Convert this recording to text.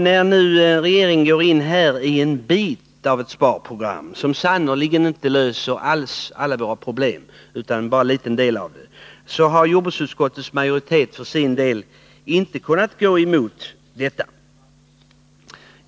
När regeringen nu med den här propositionen går in på en bit av ett sparprogram, som sannerligen inte alls löser alla våra problem utan bara en liten del av dem, så har jordbruksutskottets majoritet för sin del inte kunnat gå emot detta.